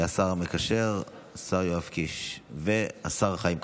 השר המקשר השר יואב קיש והשר חיים כץ.